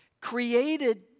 created